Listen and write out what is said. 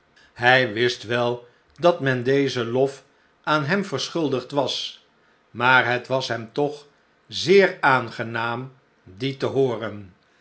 hij wist wel dat men dezen lof aan hem verschuldigd was maar het was hem toch zeer aangenaam dien te hooren